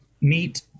meet